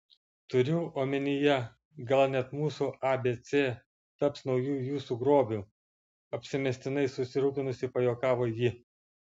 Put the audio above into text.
turiu omenyje gal net mūsų abc taps nauju jūsų grobiu apsimestinai susirūpinusi pajuokavo ji